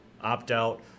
opt-out